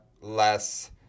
less